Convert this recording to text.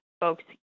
folks